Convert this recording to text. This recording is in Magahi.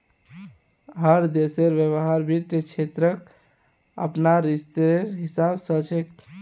हर देशेर व्यापार वित्त क्षेत्रक अपनार स्तरेर हिसाब स ह छेक